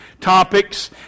topics